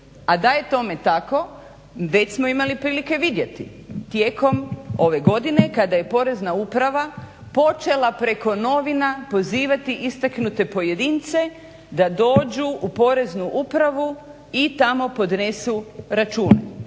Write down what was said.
A da je tome tako već smo imali prilike vidjeti tijekom ove godine kada je Porezna uprava počela preko novina pozivati istaknute pojedince da dođu u Poreznu upravu i tamo podnesu račune